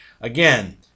Again